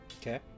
okay